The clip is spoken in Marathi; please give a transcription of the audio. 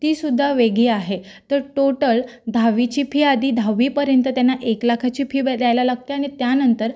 तीसुद्धा वेगळी आहे तर टोटल दहावीची फी आधी दहावीपर्यंत त्यांना एक लाखाची फी भरायला लागते आणि त्यानंतर